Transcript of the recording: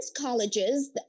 colleges